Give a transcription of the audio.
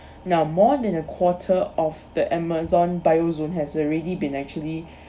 now more than a quarter of the amazon bio zone has already been actually